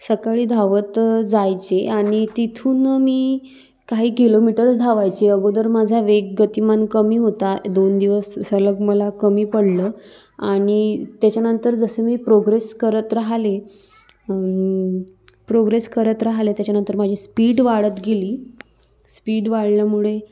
सकाळी धावत जायचे आनि तिथून मी काही किलोमीटर्स धावायचे अगोदर माझा वेग गतिमान कमी होता दोन दिवस सलग मला कमी पडलं आणि त्याच्यानंतर जसं मी प्रोग्रेस करत राहिले प्रोग्रेस करत राहिले त्याच्यानंतर माझी स्पीड वाढत गेली स्पीड वाढल्यामुळे